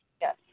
Yes